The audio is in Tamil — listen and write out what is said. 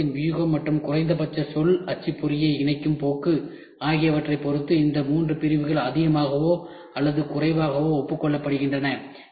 நிறுவனத்தின் வியூகம் மற்றும் குறைந்தபட்சம் சொல் அச்சுப்பொறியை இணைக்கும் போக்கு ஆகியவற்றைப் பொறுத்து இந்த 3 பிரிவுகள் அதிகமாகவோ அல்லது குறைவாகவோ ஒப்புக் கொள்ளப்படுகின்றன